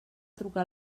trucar